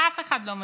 אף אחד לא מרוצה.